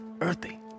earthy